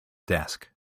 desk